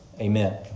Amen